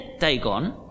Dagon